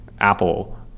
Apple